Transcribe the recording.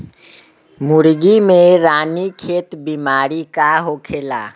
मुर्गी में रानीखेत बिमारी का होखेला?